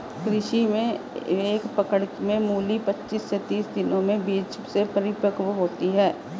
कृषि में एक पकड़ में मूली पचीस से तीस दिनों में बीज से परिपक्व होती है